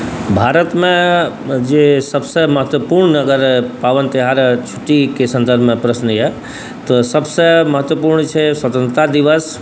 भारतमे जे सबसँ महत्वपूर्ण अगर पाबनि तिहारके छुट्टीके सन्दर्भमे प्रश्न अइ तऽ सबसँ महत्वपूर्ण छै स्वतन्त्रता दिवस